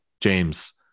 James